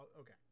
Okay